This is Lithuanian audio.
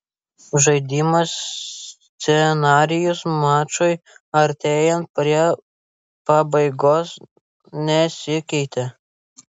žaidimo scenarijus mačui artėjant prie pabaigos nesikeitė